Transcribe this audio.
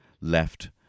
left